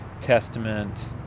Testament